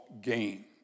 gain